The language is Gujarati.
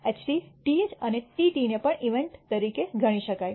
TH અને TT ને પણ ઇવેન્ટ્સ તરીકે ગણી શકાય